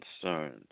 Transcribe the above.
concerned